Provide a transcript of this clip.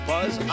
Buzz